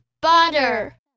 Butter